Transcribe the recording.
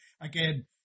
again